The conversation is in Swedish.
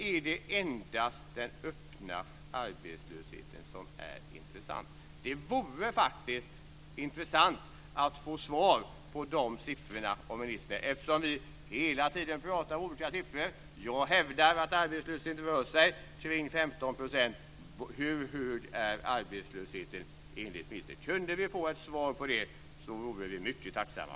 Är det endast den öppna arbetslösheten som är intressant? Det vore faktiskt intressant att få svar på dessa frågor av ministern, eftersom vi hela tiden talar om olika siffror. Jag hävdar att arbetslösheten rör sig kring 15 %. Hur hög är arbetslösheten enligt ministern? Kunde vi få ett svar på det, vore vi mycket tacksamma.